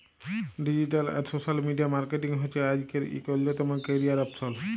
digital আর social media marketing হছে আইজকের ইক অল্যতম ক্যারিয়ার অপসল